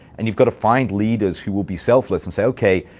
and you've got to find leaders who will be selfless and say, okay.